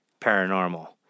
paranormal